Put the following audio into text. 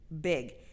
Big